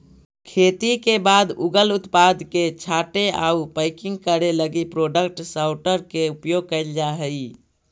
खेती के बाद उगल उत्पाद के छाँटे आउ पैकिंग करे लगी प्रोडक्ट सॉर्टर के उपयोग कैल जा हई